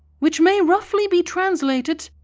which may roughly be translated,